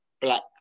black